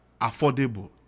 affordable